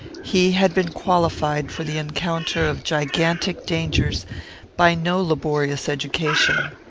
he had been qualified for the encounter of gigantic dangers by no laborious education.